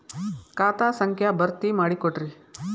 ಖಾತಾ ಸಂಖ್ಯಾ ಭರ್ತಿ ಮಾಡಿಕೊಡ್ರಿ